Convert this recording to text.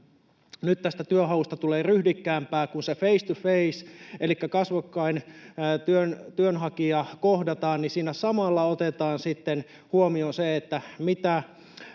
että nyt työnhausta tulee ryhdikkäämpää, kun face to face elikkä kasvokkain työnhakija kohdataan ja siinä samalla otetaan sitten huomioon, mitä